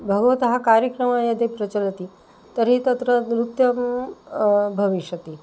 भगवतः कार्यक्रमः यदि प्रचलति तर्हि तत्र नृत्यं भविष्यति